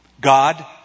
God